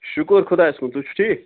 شُکُر خُدایَس کُن تُہۍ چھُو ٹھیٖک